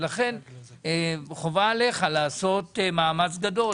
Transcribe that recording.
ולכן חובה עליך לעשות מאמץ גדול